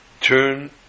turn